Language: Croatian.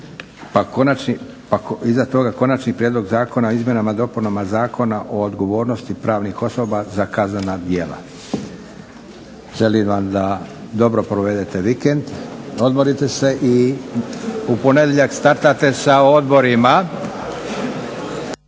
Pa iza toga Konačni prijedlog zakona o izmjenama i dopunama Zakona o odgovornosti pravnih osoba za kaznena djela. Želim vam da dobro provedete vikend, odmorite se i u ponedjeljak startate sa odborima.